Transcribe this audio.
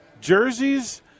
jerseys